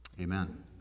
Amen